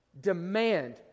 demand